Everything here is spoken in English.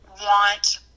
want –